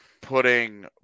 Putting